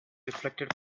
reflected